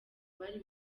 bari